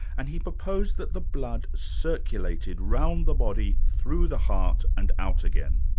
and he proposed that the blood circulated, round the body, through the heart and out again.